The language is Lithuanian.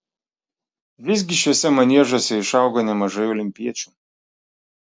visgi šiuose maniežuose išaugo nemažai olimpiečių